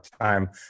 time